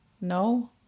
No